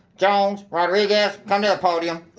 jones, rodriguez. come to the podium.